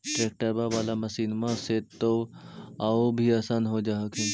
ट्रैक्टरबा बाला मसिन्मा से तो औ भी आसन हो जा हखिन?